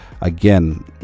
again